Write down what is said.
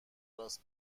راست